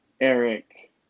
Eric